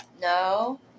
No